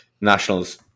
nationals